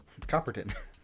Copperton